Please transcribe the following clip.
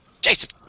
Jason